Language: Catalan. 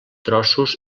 trossos